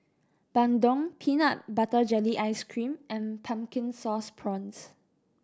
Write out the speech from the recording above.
bandung peanut butter jelly ice cream and Pumpkin Sauce Prawns